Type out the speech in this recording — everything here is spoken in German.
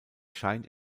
scheint